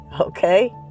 okay